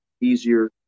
easier